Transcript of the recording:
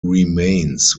remains